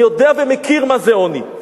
אני יודע ומכיר מה זה עוני.